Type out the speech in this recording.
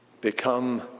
become